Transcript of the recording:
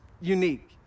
unique